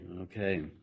okay